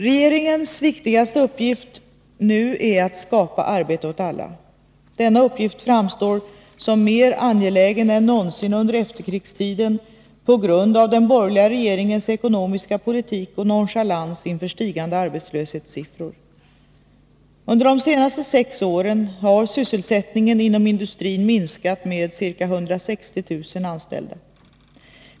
Regeringens viktigaste uppgift nu är att skapa arbete åt alla. Denna uppgift framstår som mer angelägen än någonsin under efterkrigstiden på grund av den borgerliga regeringens ekonomiska politik och nonchalans inför stigande arbetslöshetssiffror. Under de senaste sex åren har sysselsättningen inom industrin minskat med ca 160 000 anställda.